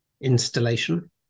installation